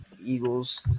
Eagles